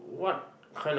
what kind of